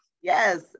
Yes